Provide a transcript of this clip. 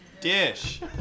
Dish